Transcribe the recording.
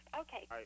Okay